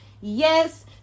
yes